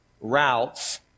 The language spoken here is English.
routes